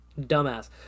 Dumbass